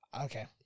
Okay